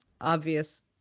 obvious